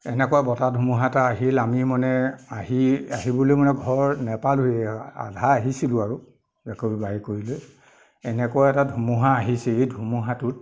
এনেকুৱা বতাহ ধুমহা এটা আহিল আমি মানে আহি আহিবলৈ মানে ঘৰ নেপালোহিয়ে আৰু আধা আহিছিলোঁ আৰু একো বাইকুৰি লৈ এনেকুৱা এটা ধুমুহা আহিছে এই ধুমুহাটোত